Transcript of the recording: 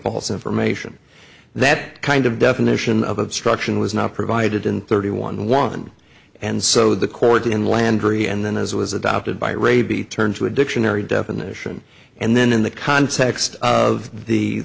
false information that kind of definition of obstruction was not provided in thirty one one and so the court in landry and then as it was adopted by ray b turned to a dictionary definition and then in the context of the